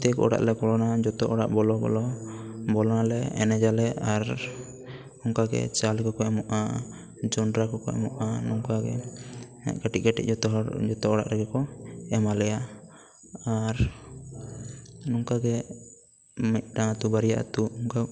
ᱯᱚᱨᱛᱭᱮᱠ ᱚᱲᱟᱜ ᱞᱮ ᱵᱚᱞᱚᱱᱟ ᱡᱚᱛᱚ ᱚᱲᱟᱜ ᱵᱚᱞᱚ ᱵᱚᱞᱚ ᱵᱚᱞᱚᱱᱟᱞᱮ ᱮᱱᱮᱡᱟᱞᱮ ᱟᱨ ᱚᱱᱠᱟ ᱜᱮ ᱪᱟᱣᱞᱮ ᱠᱚᱠᱚ ᱮᱢᱚᱜᱼᱟ ᱡᱚᱱᱰᱨᱟ ᱠᱚᱠᱚ ᱮᱢᱚᱜᱼᱟ ᱱᱚᱝᱠᱟ ᱜᱮ ᱠᱟᱹᱴᱤᱡ ᱠᱟᱹᱴᱤᱡ ᱡᱚᱛᱚ ᱦᱚᱲ ᱡᱚᱛᱚ ᱚᱲᱟᱜ ᱨᱮᱜᱮ ᱠᱚ ᱮᱢᱟᱞᱮᱭᱟ ᱟᱨ ᱱᱚᱝᱠᱟ ᱜᱮ ᱢᱤᱫᱴᱟᱝ ᱟᱛᱳ ᱵᱟᱨᱭᱟ ᱟᱛᱳ